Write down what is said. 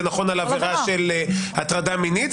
זה נכון על עבירה של הטרדה מינית,